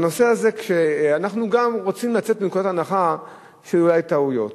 בנושא הזה אנחנו גם רוצים לצאת מנקודת הנחה שהיו אולי טעויות,